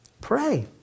pray